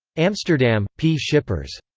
amsterdam p. schippers.